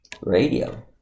Radio